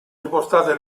riportate